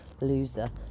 Loser